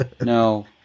No